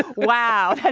wow.